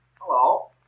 Hello